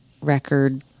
record